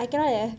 I cannot eh